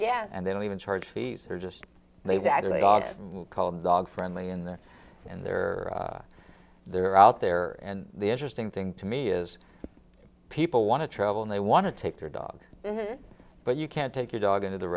yeah and they don't even charge fees or just they've added a dog called dog friendly in there and they're they're out there and the interesting thing to me is people want to travel and they want to take their dog but you can't take your dog into the